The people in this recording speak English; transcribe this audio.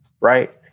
right